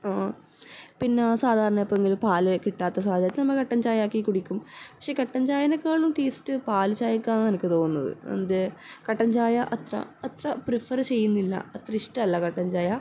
ആ പിന്നെ സാധാരണ ഇപ്പം എങ്കിൽ പാൽ കിട്ടാത്ത സമയത്ത് നമ്മൾ കട്ടൻ ചായ ആക്കി കുടിക്കും പക്ഷെ കട്ടൻ ചായയെക്കാളും ടേസ്റ്റ് പാൽച്ചായക്കാണെന്നാ എനിക്ക് തോന്നുന്നത് അത് കട്ടൻ ചായ അത്ര അത്ര പ്രിഫറ് ചെയ്യുന്നില്ല അത്ര ഇഷ്ടമല്ല കട്ടൻ ചായ